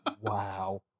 Wow